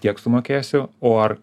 tiek sumokėsiu o ar